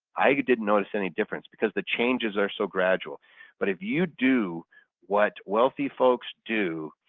i didn't notice any difference because the changes are so gradual but if you do what wealthy folks do,